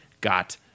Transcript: got